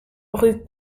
rue